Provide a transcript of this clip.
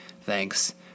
Thanks